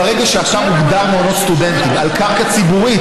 ברגע שאתה מוגדר מעונות סטודנטים על קרקע ציבורית,